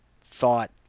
thought